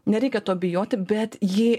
nereikia to bijoti bet jį